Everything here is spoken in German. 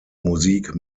musik